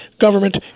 government